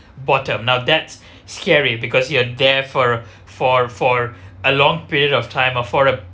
bottom now that's scary because you are there for for for a long period of time uh for um